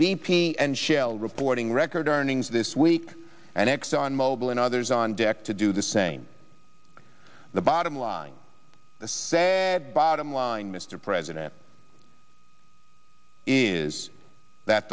p and shell reporting record earnings this week and exxon mobil and others on deck to do the same the bottom line the sad bottom line mr president is that